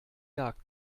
jagd